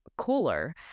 cooler